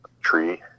tree